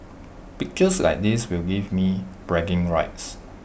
pictures like this will give me bragging rights